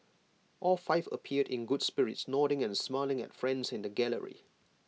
all five appeared in good spirits nodding and smiling at friends in the gallery